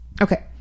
Okay